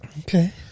Okay